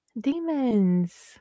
Demons